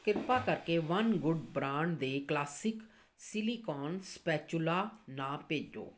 ਕਿਰਪਾ ਕਰਕੇ One Good brand ਦੇ ਕਲਾਸਿਕ ਸਿਲੀਕਾਨ ਸਪੈਚੂਲਾ ਨਾ ਭੇਜੋ